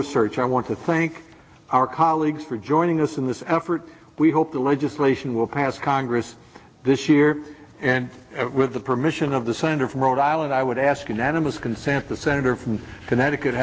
research i want to thank our colleagues for joining us in this effort we hope the legislation will pass congress this year and with the permission of the senator from rhode island i would ask unanimous consent the senator from connecticut